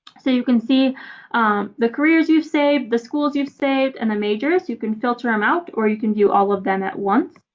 so you can see the careers you've saved, the schools you've saved and the majors. you can filter them um out or you can view all of them at once.